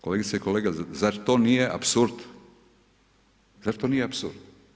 Kolegice i kolege, zar to nije apsurd, zar to nije apsurd?